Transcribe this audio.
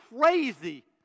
crazy